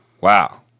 wow